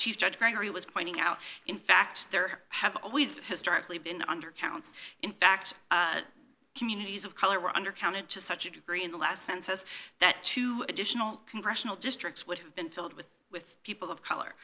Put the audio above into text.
judge gregory was pointing out in fact there have always historically been undercounts in fact communities of color under counted to such a degree in the last census that two additional congressional districts would have been filled with with people of color